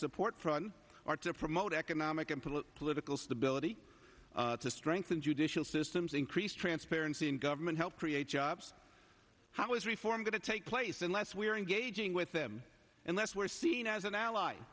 support for on or to promote economic and political stability to strengthen judicial systems increase transparency in government help create jobs how is reform going to take place unless we are engaging with them unless we're seen as an ally